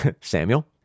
Samuel